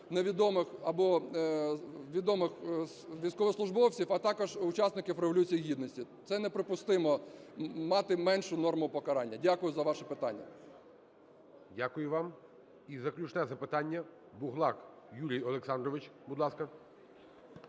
невідомих або відомих військовослужбовців, а також учасників Революції Гідності. Це неприпустимо - мати меншу норму покарання. Дякую за ваше питання . ГОЛОВУЮЧИЙ. Дякую вам. І заключне запитання Буглак Юрій Олександрович. Будь ласка.